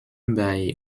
bei